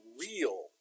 real